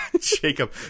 Jacob